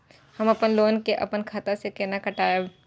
हम अपन लोन के अपन खाता से केना कटायब?